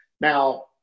now